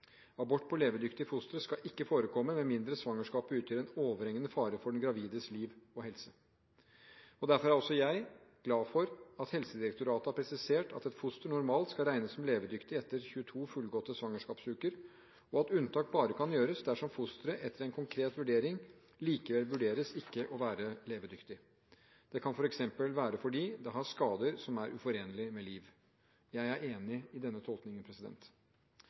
Abort av levedyktige fostre skal ikke forekomme med mindre svangerskapet utgjør en overhengende fare for den gravides liv og helse. Derfor er også jeg glad for at Helsedirektoratet har presisert at et foster normalt skal regnes som levedyktig etter 22 fullgåtte svangerskapsuker, og at unntak bare kan gjøres dersom fosteret etter en konkret vurdering likevel vurderes ikke å være levedyktig. Det kan f.eks. være fordi det har skader som er uforenlige med liv. Jeg er enig i denne tolkningen.